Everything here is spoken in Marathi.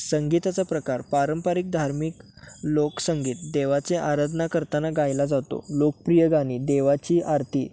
संगीताचा प्रकार पारंपारिक धार्मिक लोकसंगीत देवाचे आराधना करताना गायला जातो लोकप्रिय गाणी देवाची आरती